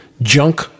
junk